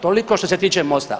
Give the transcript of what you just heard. Toliko što se tiče Mosta.